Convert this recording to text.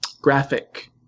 graphic